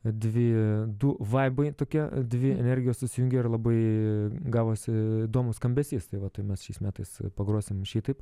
dvi du vaibai tokie dvi energijos susijungė ir labai gavosi įdomūs skambesys tai va tai mes šiais metais pagrosim šitaip